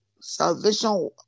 Salvation